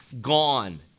gone